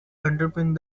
underpinned